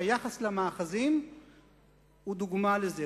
והיחס למאחזים הוא דוגמה לזה.